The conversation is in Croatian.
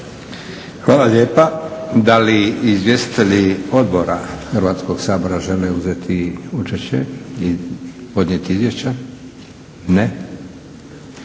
Hvala lijepa. Da li izvjestitelji odbora Hrvatskog sabora žele uzeti učešće i podnijeti izvješća? Ne.